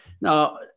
Now